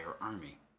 army